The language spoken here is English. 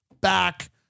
back